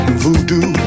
voodoo